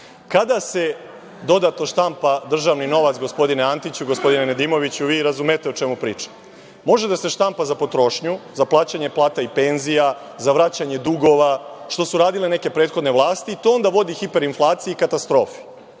Kada se dodatno štampa državni novacgospodine Antiću, gospodine Nedimoviću? Vi razumete o čemu pričam. Može da se štampa za potrošnju, za plaćanje plata i penzija, za vraćanje dugova, što su radile neke prethodne vlasti i to onda vodi hiperinflaciji i katastrofi.